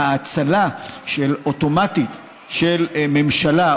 האצלה אוטומטית של ממשלה,